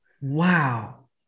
Wow